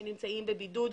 שנמצאים בבידוד.